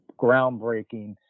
groundbreaking